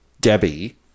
Debbie